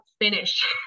finish